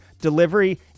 delivery